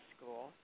School